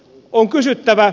on kysyttävä